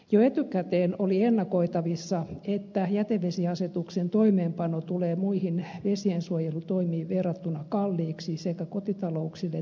jo etukäteen oli ennakoitavissa että jätevesiasetuksen toimeenpano tulee muihin vesiensuojelutoimiin verrattuna kalliiksi sekä kotitalouksille että kunnille